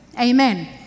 amen